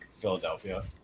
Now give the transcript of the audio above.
Philadelphia